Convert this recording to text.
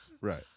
right